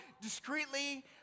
discreetly